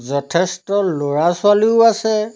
যথেষ্ট ল'ৰা ছোৱালীও আছে